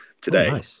today